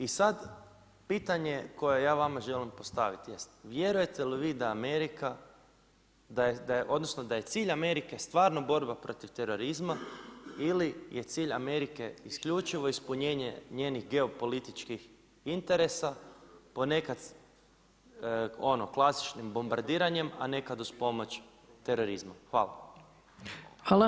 I sad pitanje koje ja vama želim postaviti jest, vjerujete li vi da Amerika, da je cilj Amerike, stvarno borba protiv terorizma ili je cilj Amerike isključivo ispunjenje njenih geopolitičkih interesa, ponekad klasičnim bombardiranje, a nekad uz pomoć terorizma.